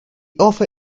author